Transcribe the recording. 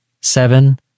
seven